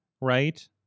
Right